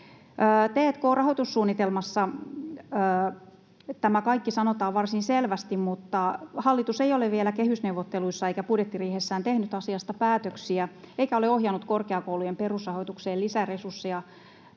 T&k-rahoitussuunnitelmassa tämä kaikki sanotaan varsin selvästi, mutta hallitus ei ole vielä kehysneuvotteluissa eikä budjettiriihessään tehnyt asiasta päätöksiä eikä ole ohjannut korkeakoulujen perusrahoitukseen lisäresursseja